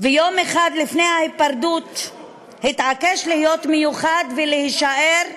ויום אחד לפני ההיפרדות התעקש להיות מיוחד ולהישאר בכותרות,